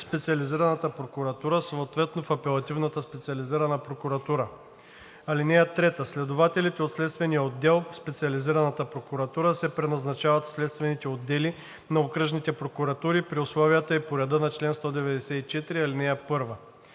Специализираната прокуратура, съответно в Апелативната специализирана прокуратура. (3) Следователите от Следствения отдел в Специализираната прокуратура се преназначават в следствените отдели на окръжните прокуратури при условията и по реда на чл. 194, ал. 1.